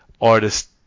artist